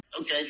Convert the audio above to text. Okay